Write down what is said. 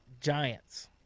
Giants